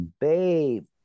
babe